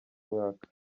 mwaka